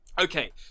okay